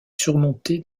surmontée